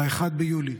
ב-1 ביולי,